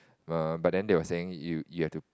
err but then they were saying you you have to